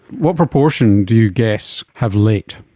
what proportion do you guess have late?